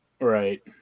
Right